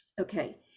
Okay